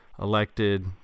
elected